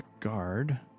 guard